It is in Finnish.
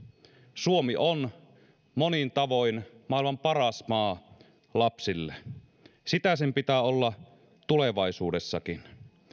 suomi on monin tavoin maailman paras maa lapsille sitä sen pitää olla tulevaisuudessakin